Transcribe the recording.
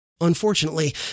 Unfortunately